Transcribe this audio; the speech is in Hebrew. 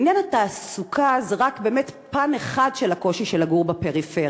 עניין התעסוקה זה באמת רק פן אחד של הקושי לגור בפריפריה.